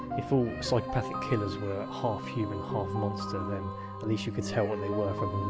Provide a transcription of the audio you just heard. if all psychopathic killers were half-human, half-monster, then at least you could tell what they were from